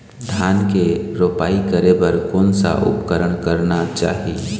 धान के रोपाई करे बर कोन सा उपकरण करना चाही?